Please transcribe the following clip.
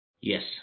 Yes